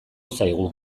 zaigu